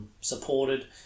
supported